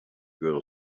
girl